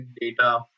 data